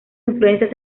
influencias